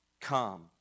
come